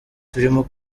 turimo